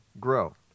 grow